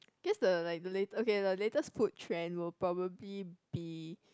just the like the late~ okay the latest food trend will probably be